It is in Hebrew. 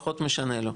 פחות משנה לו.